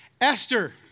Esther